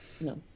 No